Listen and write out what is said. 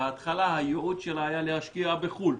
בהתחלה הייעוד שלה היה להשקיע בחו"ל,